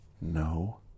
no